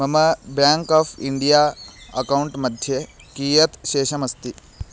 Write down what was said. मम bank of India account मध्ये कियत् शेषमस्ति